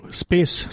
space